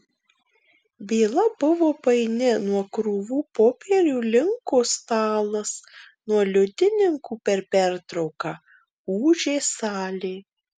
byla buvo paini nuo krūvų popierių linko stalas nuo liudininkų per pertrauką ūžė salė